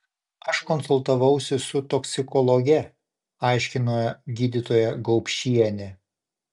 aš konsultavausi su toksikologe aiškino gydytoja gaupšienė